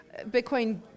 Bitcoin